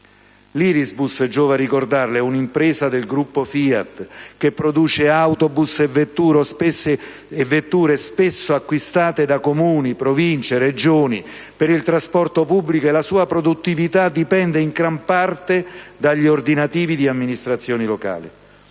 L'Irisbus, giova ricordarlo, è un'impresa del gruppo FIAT che produce autobus e vetture spesso acquistate da Comuni, Province e Regioni per il trasporto pubblico e la sua produttività dipende in gran parte dagli ordinativi di amministrazioni locali.